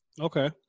Okay